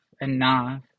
enough